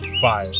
five